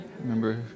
remember